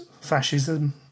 fascism